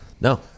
No